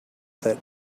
that